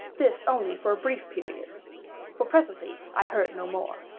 this only for a brief period for presently i heard no more.